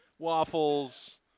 Waffles